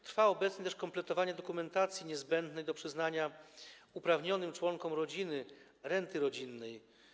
Trwa też obecnie kompletowanie dokumentacji niezbędnej do przyznania uprawnionym członkom rodziny renty rodzinnej.